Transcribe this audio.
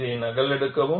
இதை நகலெடுக்கவும்